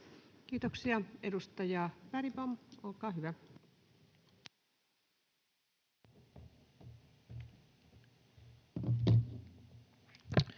Kiitoksia. — Edustaja Bergbom, olkaa hyvä.